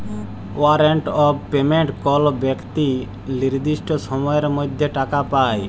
warrant of payment কল বেক্তি লির্দিষ্ট সময়ের মধ্যে টাকা পায়